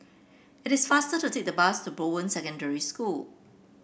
it is faster to take the bus to Bowen Secondary School